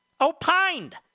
opined